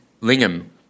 Lingham